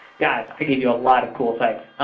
guys, i gave you a lot of cool sites.